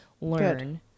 learn